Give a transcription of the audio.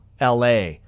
LA